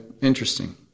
Interesting